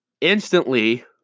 instantly